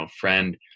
friend